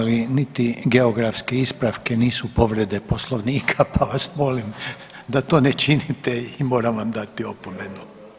Ali niti geografske ispravke nisu povrede Poslovnika pa vas molim da to ne činite i moram vam dati opomenu.